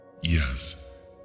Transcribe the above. Yes